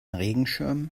regenschirm